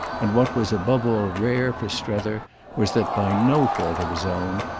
and what was above all rare for strether was that, by no fault of his own,